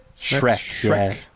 Shrek